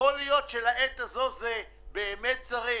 יכול להיות שלעת הזאת באמת צריך,